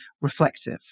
reflective